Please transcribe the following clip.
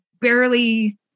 barely